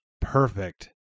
perfect